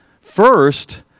first